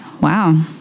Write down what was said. Wow